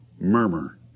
murmur